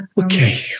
Okay